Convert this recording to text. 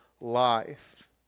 life